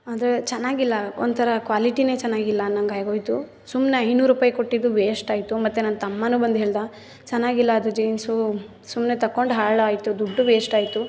ಆದರೆ ಚೆನ್ನಾಗಿಲ್ಲ ಒಂಥರ ಕ್ವಾಲಿಟಿನೆ ಚೆನ್ನಾಗಿಲ್ಲ ಅನ್ನೊಂಗಾಗೋಯ್ತು ಸುಮ್ನೆ ಐನೂರು ರೂಪಾಯಿ ಕೊಟ್ಟಿದ್ದು ವೇಶ್ಟಾಯ್ತು ಮತ್ತೆ ನನ್ನ ತಮ್ಮನೂ ಬಂದು ಹೇಳಿದಾ ಚೆನ್ನಾಗಿಲ್ಲ ಅದು ಜೀನ್ಸು ಸುಮ್ನೆ ತೊಗೊಂಡು ಹಾಳಾಯ್ತು ದುಡ್ಡು ವೇಸ್ಟಾಯ್ತು